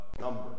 number